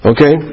Okay